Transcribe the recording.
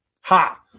Ha